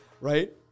right